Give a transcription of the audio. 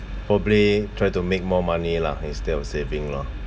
probably try to make more money lah instead of saving lah